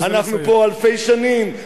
אנחנו פה אלפי שנים,